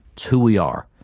who we are,